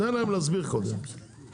תן להם להסביר קודם,